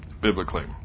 biblically